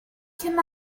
can